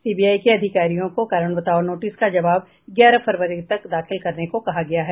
CBI के अधिकारियों को कारण बताओ नोटिस का जवाब ग्यारह फरवरी तक दाखिल करने को कहा गया है